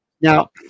Now